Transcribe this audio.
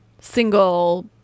single